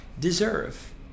deserve